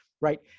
right